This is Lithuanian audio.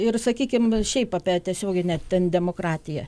ir sakykim šiaip apie tiesioginę ten demokratiją